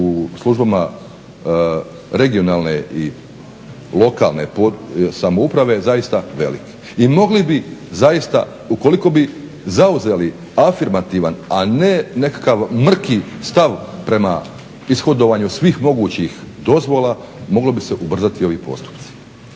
u službama regionalne i lokalne samouprave zaista velik. I mogli bi zaista ukoliko bi zauzeli afirmativan a ne nekakav mrki stav prema ishodovanju svih mogućih dozvola mogli bi se ubrzati ovi postupci.